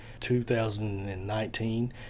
2019